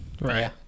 Right